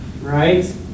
right